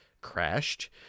crashed